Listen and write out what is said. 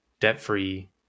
debt-free